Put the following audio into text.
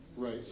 Right